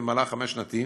במהלך חמש-שנתי,